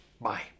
bye